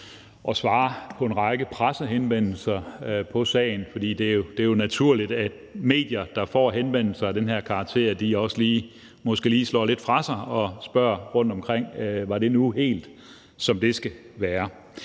at svare på en række pressehenvendelser om sagen. For det er jo naturligt, at medier, der får henvendelser af den her karakter, måske lidt slår lidt fra sig og spørger rundtomkring, om det nu var helt, som det skulle være.